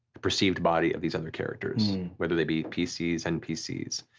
the perceived body of these other characters. whether they be pc, npcs.